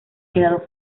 quedado